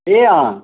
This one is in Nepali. ए अँ